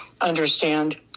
understand